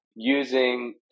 using